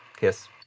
yes